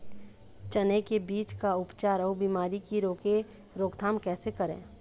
चने की बीज का उपचार अउ बीमारी की रोके रोकथाम कैसे करें?